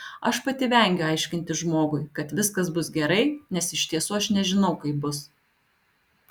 aš pati vengiu aiškinti žmogui kad viskas bus gerai nes iš tiesų aš nežinau kaip bus